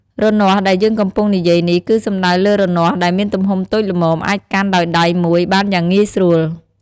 រនាស់ដែលយើងកំពុងនិយាយនេះ គឺសំដៅលើរនាស់ដែលមានទំហំតូចល្មមអាចកាន់ដោយដៃមួយបានយ៉ាងងាយស្រួល។